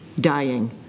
dying